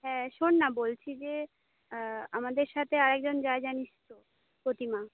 হ্যাঁ শোন না বলছি যে আমাদের সাথে আর একজন যায় জানিস তো প্রতিমা